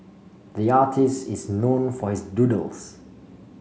the artist is known for his doodles